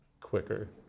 quicker